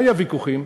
היו ויכוחים.